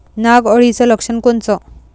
नाग अळीचं लक्षण कोनचं?